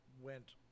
went